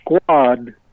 squad